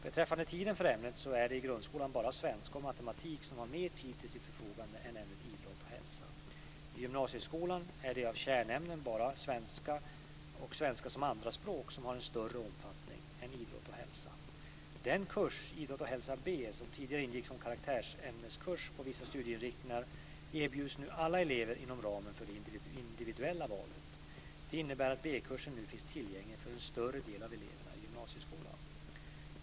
Beträffande tiden för ämnet så är det i grundskolan bara svenska och matematik som har mer tid till sitt förfogande än ämnet idrott och hälsa. I gymnasieskolan är det av kärnämnena bara svenska och svenska som andraspråk som har en större omfattning än idrott och hälsa. Den kurs, Idrott och hälsa B, som tidigare ingick som karaktärsämneskurs på vissa studieinriktningar erbjuds nu alla elever inom ramen för det individuella valet. Det innebär att B-kursen nu finns tillgänglig för en större del av eleverna i gymnasieskolan.